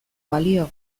balio